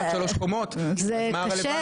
מתוך שלוש קומות, אז מה רלוונטי.